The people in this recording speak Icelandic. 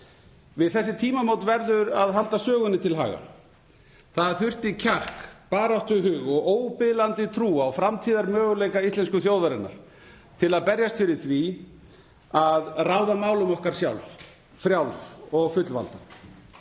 Við þessi tímamót verður að halda sögunni til haga. Það þurfti kjark, baráttuhug og óbilandi trú á framtíðarmöguleika íslensku þjóðarinnar til að berjast fyrir því að ráða málum okkar sjálf, frjáls og fullvalda.